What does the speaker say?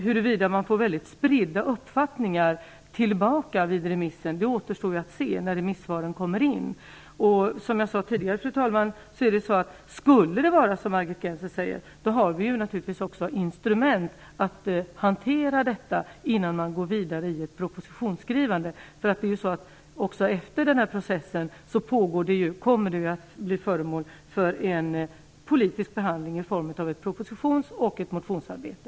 Huruvida de uppfattningar som kommer att redovisas i remissomgången blir mycket spridda återstår att se när remissvaren kommer in. Som jag tidigare sade, fru talman, vill jag peka på att vi har instrument för att hantera detta, om det skulle bli så som Margit Gennser säger, innan vi går vidare i ett propositionsskrivande. Efter den här processen kommer frågorna ju också att bli föremål för en politisk behandling i form av ett propositions och ett motionsarbete.